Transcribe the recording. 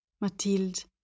Mathilde